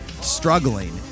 struggling